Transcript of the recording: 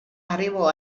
arrivò